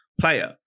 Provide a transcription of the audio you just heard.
Player